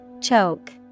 Choke